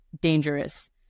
dangerous